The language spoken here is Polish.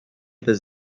bez